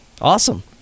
Awesome